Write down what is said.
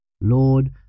Lord